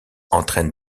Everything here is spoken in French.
entraîne